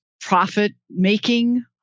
profit-making